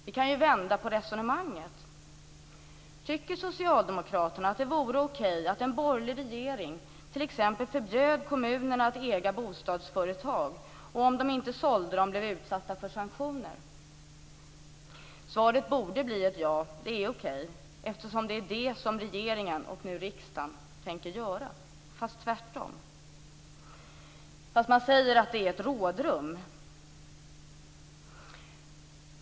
Vi kan vända på resonemanget: Tycker socialdemokraterna att det vore okej att en borgerlig regering t.ex. förbjöd kommunerna att äga bostadsföretag och att de kommuner som inte sålde dem blev utsatta för sanktioner? Svaret borde bli ja, dvs. att det är okej, eftersom det är det som regeringen och nu även riksdagen tänker göra - fast tvärtom. Man säger att det är ett rådrum.